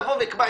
היא אומרת